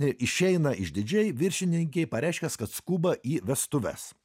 išeina išdidžiai viršininkei pareiškęs kad skuba į vestuves